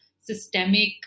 systemic